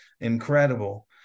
incredible